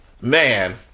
Man